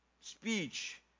speech